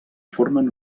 formen